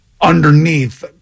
Underneath